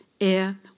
air